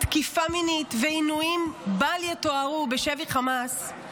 -- תקיפה מינית ועינויים בל יתוארו בשבי חמאס,